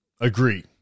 Agree